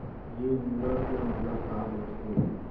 ये विवरण के मतलब का होथे?